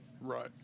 Right